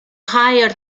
higher